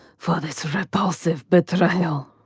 for this repulsive betrayal.